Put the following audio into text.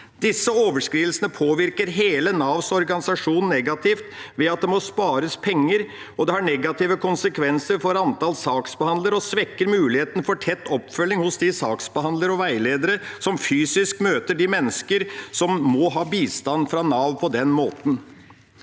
Disse overskridelsene påvirker hele Navs organisasjon negativt ved at det må spares penger. Det har negative konsekvenser for antall saksbehandlere og svekker muligheten for tett oppfølging hos de saksbehandlere og veiledere som fysisk møter de mennesker som må ha bistand fra Nav på den måten.